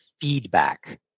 feedback